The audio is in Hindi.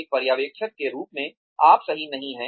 एक पर्यवेक्षक के रूप में आप सही नहीं हैं